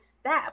step